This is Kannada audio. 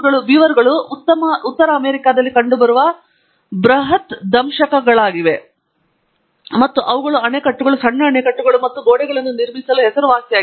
ಬೀವರ್ಗಳು ಉತ್ತರ ಅಮೆರಿಕಾದಲ್ಲಿ ಕಂಡುಬರುವ ಈ ಬೃಹತ್ ದಂಶಕಗಳಾಗಿವೆ ಮತ್ತು ಅವುಗಳು ಅಣೆಕಟ್ಟುಗಳು ಸಣ್ಣ ಅಣೆಕಟ್ಟುಗಳು ಮತ್ತು ಗೋಡೆಗಳನ್ನು ನಿರ್ಮಿಸಲು ಹೆಸರುವಾಸಿಯಾಗಿದೆ